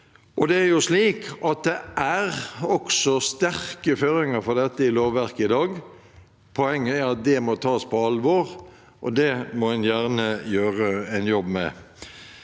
godt prinsipp. Det er også sterke føringer for dette i lovverket i dag. Poenget er at det må tas på alvor, og det må en gjerne gjøre en jobb med.